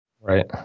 Right